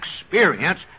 experience